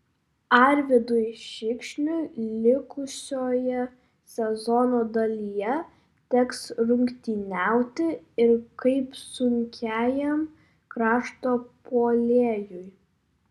arvydui šikšniui likusioje sezono dalyje teks rungtyniauti ir kaip sunkiajam krašto puolėjui